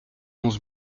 onze